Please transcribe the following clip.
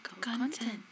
Content